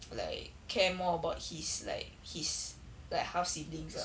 like care more about his like his like half siblings ah